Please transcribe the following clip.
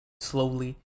slowly